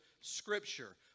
scripture